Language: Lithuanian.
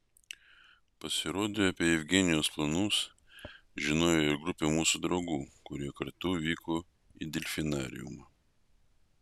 pasirodo apie jevgenijaus planus žinojo ir grupė mūsų draugų kurie kartu vyko į delfinariumą